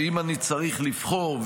אני צריך לבחור,